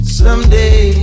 someday